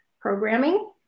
programming